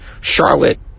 Charlotte